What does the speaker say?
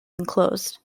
enclosed